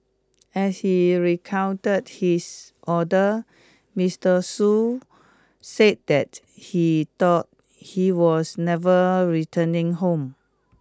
as he recounted his order Mister Shoo said that he thought he was never returning home